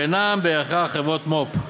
שאינן בהכרח חברות מו"פ.